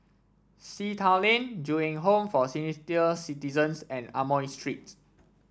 Sea Town Lane Ju Eng Home for Citizens and Amoy Street